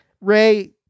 Ray